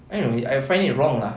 I don't know I find it wrong ah